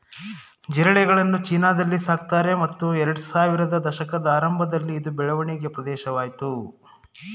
ಜಿರಳೆಗಳನ್ನು ಚೀನಾದಲ್ಲಿ ಸಾಕ್ತಾರೆ ಮತ್ತು ಎರಡ್ಸಾವಿರದ ದಶಕದ ಆರಂಭದಲ್ಲಿ ಇದು ಬೆಳವಣಿಗೆ ಪ್ರದೇಶವಾಯ್ತು